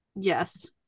Yes